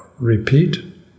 repeat